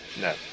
no